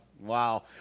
Wow